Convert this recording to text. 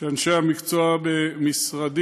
ואנשי המקצוע במשרדי,